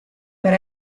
per